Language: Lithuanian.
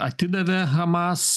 atidavė hamas